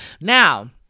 Now